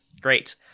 great